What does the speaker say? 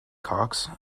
cox